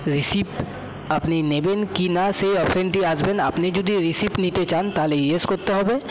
receipt আপনি নেবেন কি না সেই অপশানটি আসবেন আপনি যদি রিসিপ নিতে চান তাহলে ইয়েস করতে হবে